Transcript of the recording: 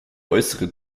äußere